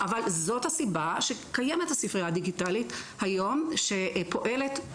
אבל זאת הסיבה שקיימת הספרייה הדיגיטלית היום שפועלת,